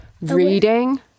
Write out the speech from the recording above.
reading